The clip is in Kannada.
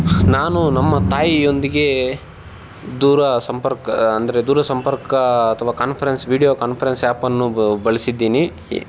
ನಾನು ನಮ್ಮ ತಾಯಿಯೊಂದಿಗೆ ದೂರ ಸಂಪರ್ಕ ಅಂದರೆ ದೂರ ಸಂಪರ್ಕ ಅಥವ ಕಾನ್ಫರೆನ್ಸ್ ವೀಡ್ಯೋ ಕಾನ್ಫರೆನ್ಸ್ ಆ್ಯಪನ್ನು ಬಳಸಿದ್ದೀನಿ